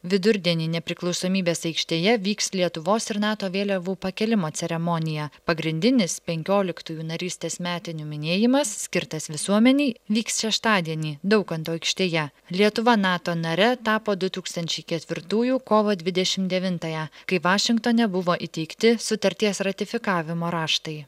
vidurdienį nepriklausomybės aikštėje vyks lietuvos ir nato vėliavų pakėlimo ceremonija pagrindinis penkioliktųjų narystės metinių minėjimas skirtas visuomenei vyks šeštadienį daukanto aikštėje lietuva nato nare tapo du tūkstančiai ketvirtųjų kovo dvidešim devintąją kai vašingtone buvo įteikti sutarties ratifikavimo raštai